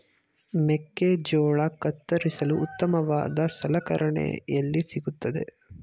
ಮೆಕ್ಕೆಜೋಳ ಕತ್ತರಿಸಲು ಉತ್ತಮವಾದ ಸಲಕರಣೆ ಎಲ್ಲಿ ಸಿಗುತ್ತದೆ?